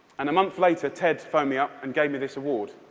and a month later, ted phoned me up and gave me this award.